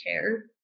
care